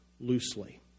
loosely